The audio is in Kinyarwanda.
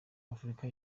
afurika